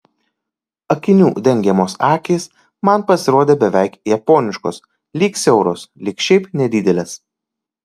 akinių dengiamos akys man pasirodė beveik japoniškos lyg siauros lyg šiaip nedidelės